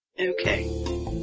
Okay